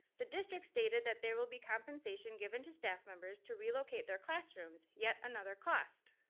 the district stated that there will be compensation given to staff members to relocate their classrooms, yet another cost.